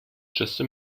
just